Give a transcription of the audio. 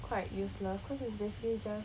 quite useless cause it's basically just